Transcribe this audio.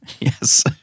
yes